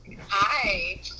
Hi